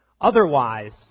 Otherwise